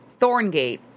Thorngate